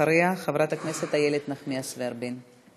אחריה, חברת הכנסת איילת נחמיאס ורבין.